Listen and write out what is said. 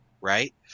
Right